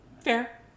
Fair